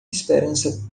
esperança